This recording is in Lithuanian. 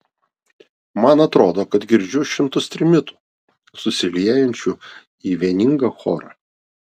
man atrodo kad girdžiu šimtus trimitų susiliejančių į vieningą chorą